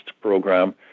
program